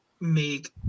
make